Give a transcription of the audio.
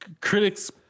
critics